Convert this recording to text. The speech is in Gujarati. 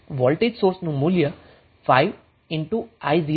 વોલ્ટેજ સોર્સનું મૂલ્ય 5i0 હશે